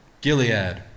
Gilead